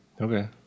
Okay